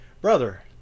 brother